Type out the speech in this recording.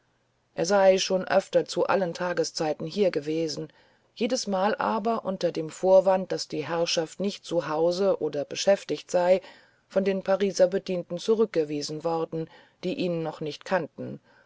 er sei schon öfters zu allen tageszeiten hier gewesen jedesmal aber unter dem vorwand daß die herrschaft nicht zu hause oder beschäftigt sei von den pariser bedienten zurückgewiesen worden die ihn noch nicht kannten